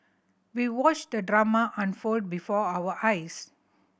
we watched the drama unfold before our eyes